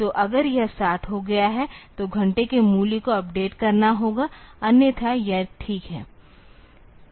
तो अगर यह 60 हो गया है तो घंटे के मूल्य को अपडेट करना होगा अन्यथा यह ठीक है